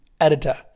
editor